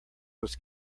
was